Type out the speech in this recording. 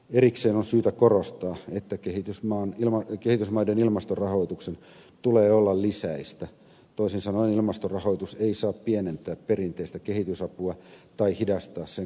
erikseen on syytä korostaa että kehitysmaiden ilmastorahoituksen tulee olla lisäistä toisin sanoen ilmastorahoitus ei saa pienentää perinteistä kehitysapua tai hidastaa sen kasvuvauhtia